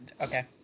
okay